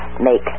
make